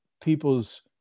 people's